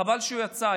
חבל שהוא יצא,